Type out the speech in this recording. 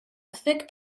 thick